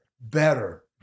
better